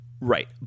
Right